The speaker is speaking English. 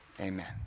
Amen